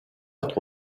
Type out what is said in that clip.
être